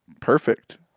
Perfect